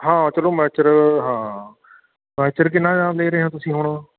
ਹਾਂ ਚਲੋ ਮੈਚਰ ਹਾਂ ਮੈਚਰ ਕਿੰਨਾਂ ਦੇ ਰਹੇ ਹੋ ਤੁਸੀਂ ਹੁਣ